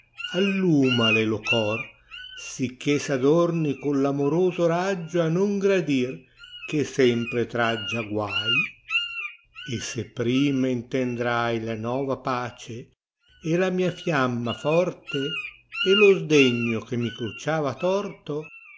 sai allumale lo cor sicché s adorni coir amoroso raggio a non gradir che sempre treggia guai e se prima intendrai la nova pace e la mia fiamma forte e lo sdegno che mi crncciata a torto